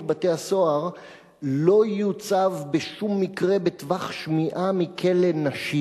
בתי-הסוהר לא יוצב בשום מקרה בטווח שמיעה מכלא נשים,